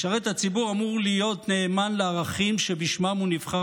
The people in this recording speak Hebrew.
משרת הציבור אמור להיות נאמן לערכים שבשמם הוא נבחר